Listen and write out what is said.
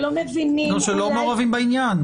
שלא מבינים --- גם שלא מעורבים בעניין.